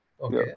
Okay